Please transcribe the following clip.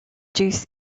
juice